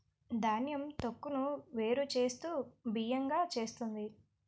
ధాన్యం తొక్కును వేరు చేస్తూ బియ్యం గా చేస్తుంది